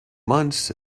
months